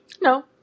No